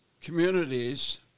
communities